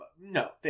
No